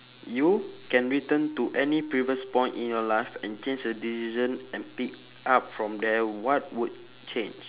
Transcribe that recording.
you can return to any previous point in your life and change a decision and pick up from there what would change